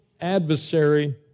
adversary